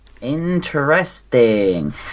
Interesting